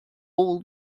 all